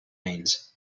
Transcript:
veins